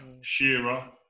Shearer